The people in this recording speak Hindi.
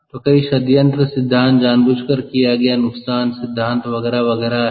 तो कई षड्यंत्र सिद्धांत जानबूझकर किया गया नुकसान सिद्धांत वगैरह वगैरह है